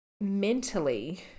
mentally